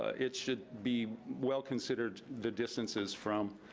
it should be well considered the distances from